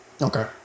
Okay